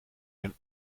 zijn